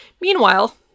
Meanwhile